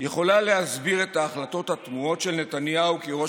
יכולה להסביר את ההחלטות התמוהות של נתניהו כראש